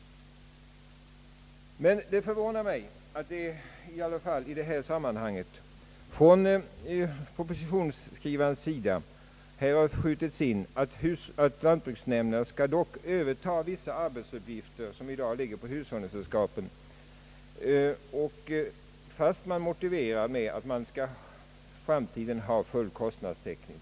Men det förvånar mig att propositionsskrivaren i detta sammanhang har skjutit in, att lantbruksnämnderna skall överta vissa arbetsuppgifter som i dag åvilar hushållningssällskapen, låt vara att man säger att det i framtiden skall vara full kostnadstäckning.